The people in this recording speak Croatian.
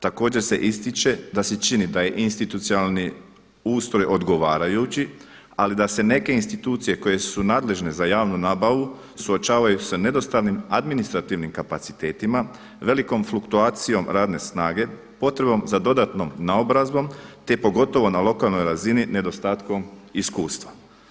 Također se ističe da se čini da je institucionalni ustroj odgovarajući ali da se neke institucije koje su nadležne za javnu nabavu suočavaju sa nedostatnim administrativnim kapacitetima, velikom fluktuacijom radne snage, potrebom za dodatnom naobrazbom te pogotovo na lokalnoj razini nedostatkom iskustva.